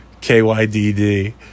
K-Y-D-D